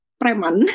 preman